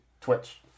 Twitch